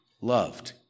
loved